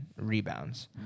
rebounds